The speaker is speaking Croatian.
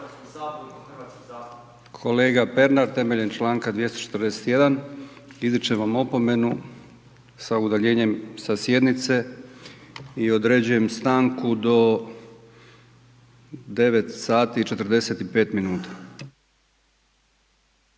kolega Pernar temeljem Članka 241. izričem vam opomenu sa udaljenjem sa sjednice i određujem stanku do 9